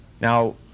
Now